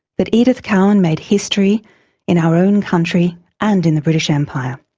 that edith cowan made history in our own country and in the british empire